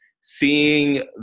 seeing